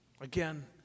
Again